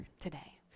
today